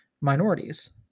minorities